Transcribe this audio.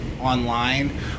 online